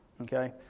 Okay